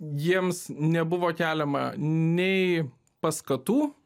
jiems nebuvo keliama nei paskatų